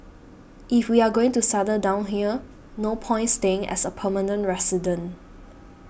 if we are going to settle down here no point staying as a permanent resident